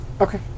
Okay